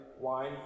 wine